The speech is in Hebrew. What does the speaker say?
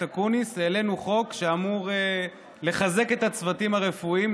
אקוניס העלינו חוק שאמור לחזק את הצוותים הרפואיים,